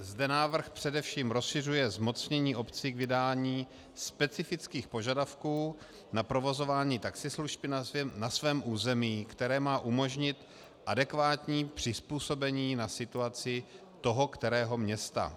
Zde návrh především rozšiřuje zmocnění obcí k vydání specifických požadavků na provozování taxislužby na svém území, které má umožnit adekvátní přizpůsobení na situaci toho kterého města.